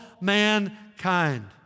mankind